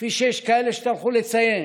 כפי שיש כאלה שטרחו לציין,